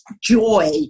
joy